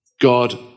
God